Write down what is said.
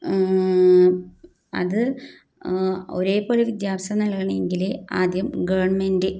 അത് ഒരേപോലെ വിദ്യാഭ്യാസം നൽകണമെങ്കിൽ ആദ്യം ഗവൺമെൻ്റ്